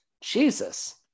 jesus